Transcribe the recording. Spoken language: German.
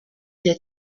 der